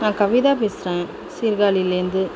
நான் கவிதா பேசுகிறேன் சீர்காழிலருந்து